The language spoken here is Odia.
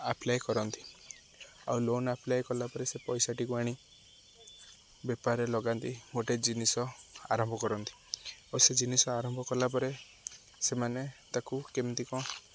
ଆପ୍ଲାଏ କରନ୍ତି ଆଉ ଲୋନ୍ ଆପ୍ଲାଏ କଲା ପରେ ସେ ପଇସାଟିକୁ ଆଣି ବେପାରରେ ଲଗାନ୍ତି ଗୋଟେ ଜିନିଷ ଆରମ୍ଭ କରନ୍ତି ଆଉ ସେ ଜିନିଷ ଆରମ୍ଭ କଲାପରେ ସେମାନେ ତାକୁ କେମିତି କ'ଣ